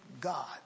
God